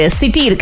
city